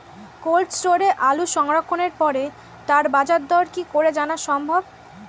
Cold স্টোরে আলু সংরক্ষণের পরে তার বাজারদর কি করে জানা সম্ভব?